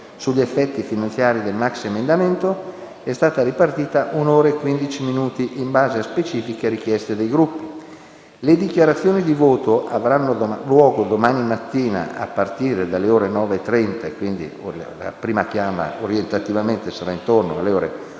sugli effetti finanziari del maxiemendamento, il tempo è stato ripartito in un'ora e quindici minuti in base a specifiche richieste dei Gruppi. Le dichiarazioni di voto avranno luogo domani mattina a partire dalle ore 9,30 e a seguire ci sarà la chiama, orientativamente intorno alle ore 11.